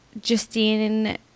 Justine